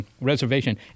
reservation